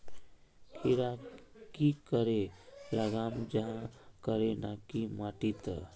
खीरा की करे लगाम जाहाँ करे ना की माटी त?